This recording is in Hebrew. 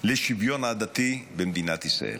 לשוויון עדתי במדינת ישראל.